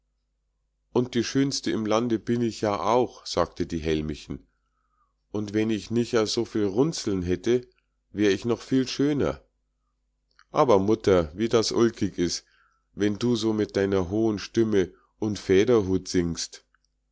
und die schönste im lande bin ich ja auch sagte die hellmichen und wenn ich nich a su viel runzeln hätte wär ich noch viel schöner aber mutter wie das ulkig is wenn du so mit deiner hohen stimme und fäderhut singst